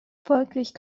folglich